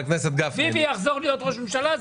ביבי יחזור להיות ראש ממשלה?